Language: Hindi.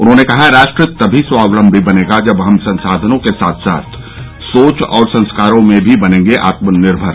उन्होंने कहा राष्ट्र तभी स्वावलम्बी बनेगा जब हम संसाधनों के साथ साथ सोच और संस्कारों में भी बनेंगे आत्मनिर्भर